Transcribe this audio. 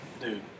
dude